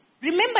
Remember